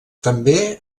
també